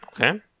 Okay